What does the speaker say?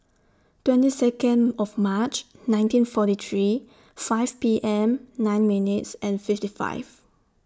twenty Second of March nineteen forty three five P M nine minutes fifty one